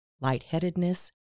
lightheadedness